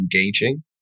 engaging